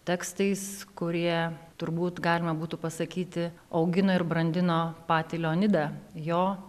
tekstais kurie turbūt galima būtų pasakyti augino ir brandino patį leonidą jo